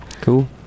Cool